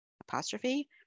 apostrophe